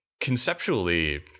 conceptually